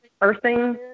earthing